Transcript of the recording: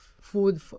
food